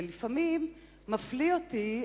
ולפעמים מפליא אותי,